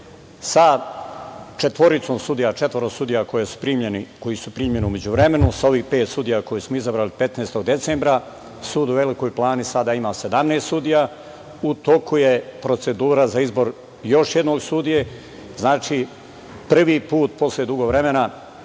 stanje znatno bolje. Četvoro sudija koje su primljeni u međuvremenu sa ovih pet sudija koje smo izabrali 15. decembra sud u Velikoj Plani sada ima 17 sudija. U toku je procedura za izbor još jednog sudije. Znači, prvi put posle dugo vremena